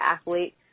athlete